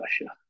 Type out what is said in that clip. Russia